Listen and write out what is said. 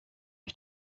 ich